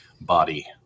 body